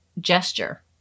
gesture